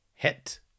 Hit